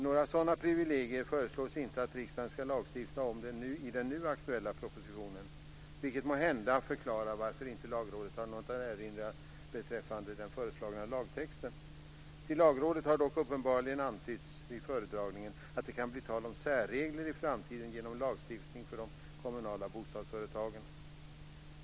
Några sådana privilegier föreslås inte att riksdagen ska lagstifta om i den nu aktuella propositionen, vilket måhända förklarar varför inte Lagrådet har något att erinra beträffande den föreslagna lagtexten. Till Lagrådet har uppenbarligen antytts vid föredragningen att det kan bli tal om särregler i framtiden genom ny lagstiftning för de kommunala bostadsföretagen.